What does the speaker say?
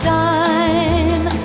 time